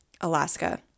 Alaska